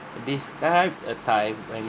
describe a time when